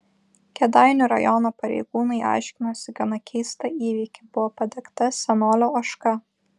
kėdainių rajono pareigūnai aiškinosi gana keistą įvykį buvo padegta senolio ožka